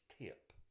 tip